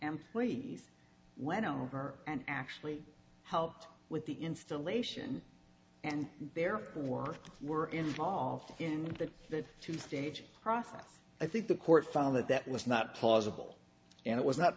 employees went over and actually helped with the installation and therefore were involved in that the two stage process i think the court found that that was not plausible and it was not